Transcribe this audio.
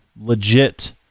legit